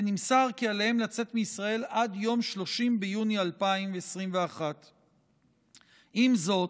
ונמסר כי עליהם לצאת מישראל עד יום 30 ביוני 2021. עם זאת,